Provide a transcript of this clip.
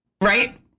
Right